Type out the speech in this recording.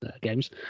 games